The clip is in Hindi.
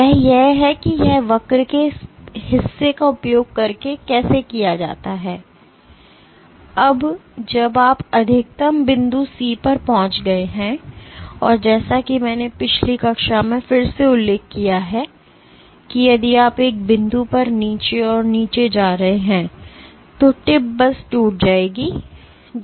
और वह यह है कि यह वक्र के इस हिस्से का उपयोग करके कैसे किया जाता है अब जब आप अधिकतम बिंदु C पर पहुँच गए हैं और जैसा कि मैंने पिछली कक्षा में फिर से उल्लेख किया है कि यदि आप एक बिंदु पर नीचे और नीचे जा रहे हैं तो टिप बस टूट जाएगी जो आप करना नहीं चाहते हैं